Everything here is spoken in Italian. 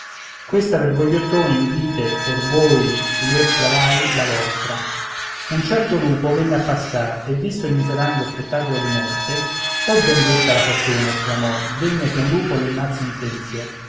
questa per voi ghiottoni udite or voi lerci avari la vostra un certo lupo venne a passar e visto il miserando spettacolo di morte o benedetta la fortuna esclamò degna che un lupo le innalzi un tempio